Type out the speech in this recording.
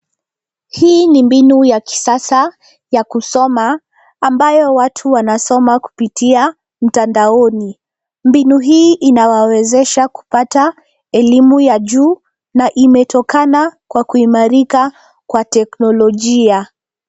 Hii ni mbinu ya kisasa ya kusoma, ambayo watu wanasoma kupitia mtandaoni. Mbinu hii inawawezesha kupata elimu ya juu na imetokana kwa kuimarika kwa teknolojia.